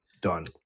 Done